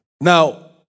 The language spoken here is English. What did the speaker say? Now